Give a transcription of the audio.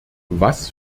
was